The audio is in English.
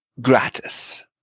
gratis